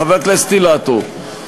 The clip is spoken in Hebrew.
חבר הכנסת אילטוב,